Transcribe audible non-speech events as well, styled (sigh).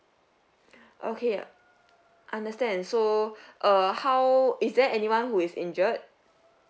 (breath) okay understand so (breath) err how is there anyone who is injured